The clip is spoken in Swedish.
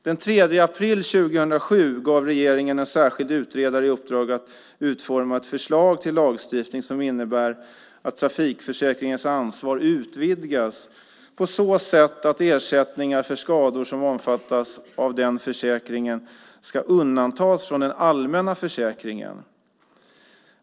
Den 3 april 2007 gav regeringen en särskild utredare i uppdrag att utforma ett förslag till lagstiftning som innebär att trafikförsäkringens ansvar utvidgas på så sätt att ersättningar för skador som omfattas av den försäkringen ska undantas från den allmänna försäkringen.